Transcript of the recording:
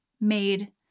made